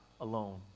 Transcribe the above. alone